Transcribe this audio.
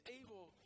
able